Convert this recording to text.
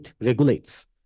regulates